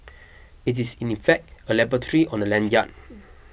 it is in effect a laboratory on a lanyard